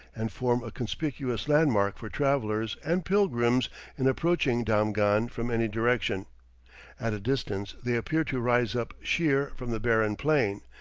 and form a conspicuous landmark for travellers and pilgrims in approaching damghan from any direction at a distance they appear to rise up sheer from the barren plain,